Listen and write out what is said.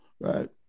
right